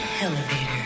elevator